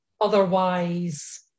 Otherwise